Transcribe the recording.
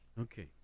Okay